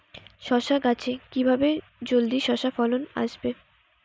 শশা গাছে কিভাবে জলদি শশা ফলন আসবে?